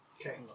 Okay